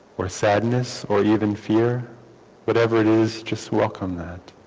or sadness or even fear whatever it is just welcome that